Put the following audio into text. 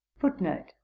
footnote